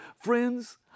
Friends